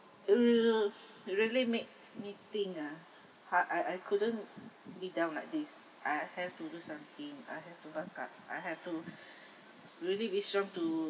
uh it really make me think ah I I I couldn't beat down like this I have to do something I have to woke up I have to really be strong to